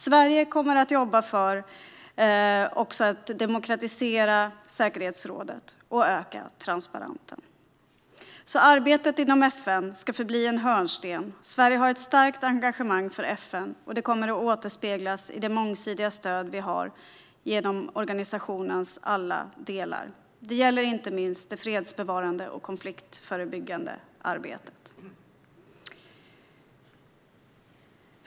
Sverige kommer också att jobba för att demokratisera säkerhetsrådet och öka transparensen. Arbetet inom FN ska förbli en hörnsten. Sverige har ett starkt engagemang för FN, och det kommer att återspeglas i det mångsidiga stöd som vi har genom organisationens alla delar. Det gäller inte minst det fredsbevarande och konfliktförebyggande arbetet. Herr talman!